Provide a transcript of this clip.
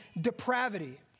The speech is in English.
depravity